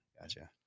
Gotcha